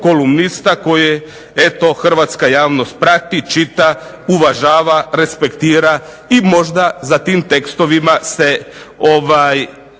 kolumnista koji eto hrvatska javnost prati, čita, uvažava, respektira i možda za tim tekstovima se